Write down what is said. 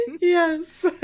Yes